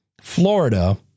Florida